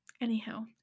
Anyhow